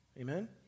Amen